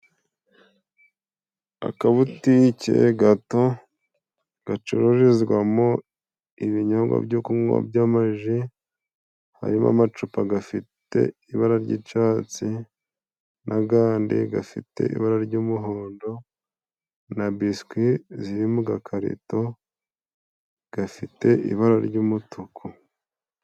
Akabutike gato gacururizwamo ibinyobwa byo kunywa by'amaji harimo: amacupa gafite ibara ry'icyatsi, na'gandi gafite ibara ry'umuhondo, na biswi ziri mu gakarito gafite ibara ry'umutuku.